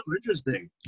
interesting